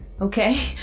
okay